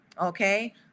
okay